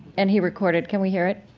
and he recorded. can we hear it?